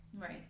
Right